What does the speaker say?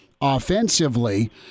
offensively